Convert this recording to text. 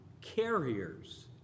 carriers